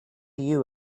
you